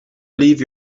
leave